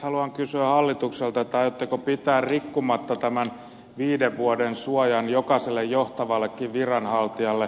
haluan kysyä hallitukselta aiotteko pitää rikkomatta tämän viiden vuoden suojan jokaiselle johtavallekin viranhaltijalle